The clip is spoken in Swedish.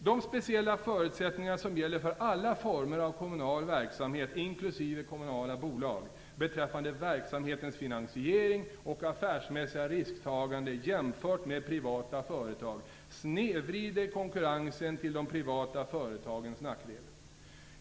De speciella förutsättningar som gäller för alla former av kommunal verksamhet inklusive kommunala bolag beträffande verksamhetens finansiering och affärsmässiga risktagande jämfört med privata företag snedvrider konkurrensen till de privata företagens nackdel.